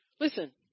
listen